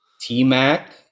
T-Mac